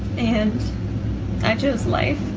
and i chose life.